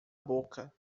boca